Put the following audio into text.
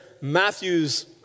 Matthew's